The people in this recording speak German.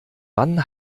wann